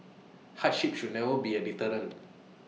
hardship should never be A deterrent